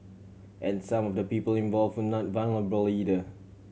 and some of the people involve would not vulnerable either